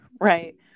right